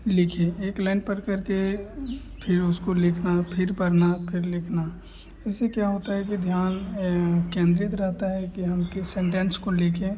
लिखे एक लाइन पढ़ करके फिर उसको लिखना फिर पढ़ना फिर लिखना इससे क्या होता है कि ध्यान केन्द्रित रहता है कि हम किस सेंटेंस को लिखे